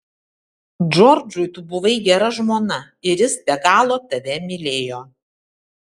džordžui tu buvai gera žmona ir jis be galo tave mylėjo